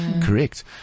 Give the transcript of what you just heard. Correct